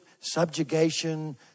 subjugation